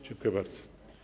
Dziękuję bardzo.